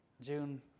June